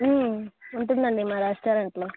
ఉంటుంది అండి మా రెస్టారెంట్లో